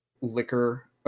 liquor